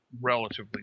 relatively